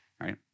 right